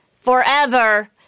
forever